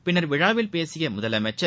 பின்னர் விழாவில் பேசிய முதலமைச்சர்